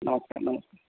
ନମସ୍କାର ନମସ୍କାର